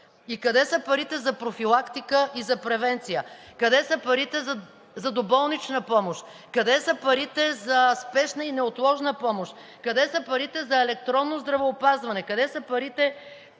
И къде са парите за профилактика и за превенция? Къде са парите за доболнична помощ? Къде са парите за спешна и неотложна помощ? Къде са парите за електронно здравеопазване? Къде са парите